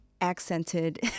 accented